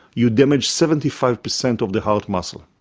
you damage seventy five percent of the heart muscle.